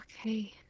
Okay